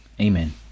amen